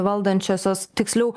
valdančiosios tiksliau